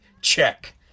Check